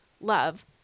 love